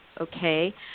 okay